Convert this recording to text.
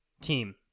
team